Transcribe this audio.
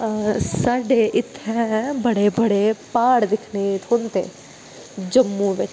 आं साडे इ'त्थें बडे़ बडे़ प्हाड़ दिक्खने ई थ्होंदे न जम्मू बिच